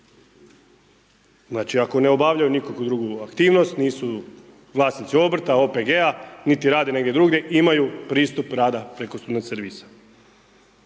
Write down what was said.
Znači ako ne obavljaju nikakvu drugu aktivnost, nisu vlasnici obrta, OPG-a niti rade negdje drugdje imaju pristup rada preko student servisa.